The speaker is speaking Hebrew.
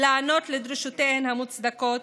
להיענות לדרישותיהן המוצדקות,